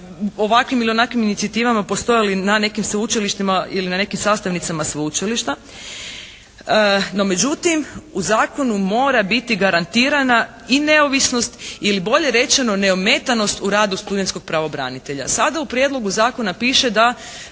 ovakvim ili onakvim inicijativama postojali na nekim sveučilištima ili na nekim sastavnicama sveučilišta. No međutim, u zakonu mora biti garantirana i neovisnost ili bolje rečeno neometanost u radu studentskog pravobranitelja. Sada u prijedlogu zakona piše da